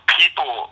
people